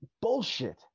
bullshit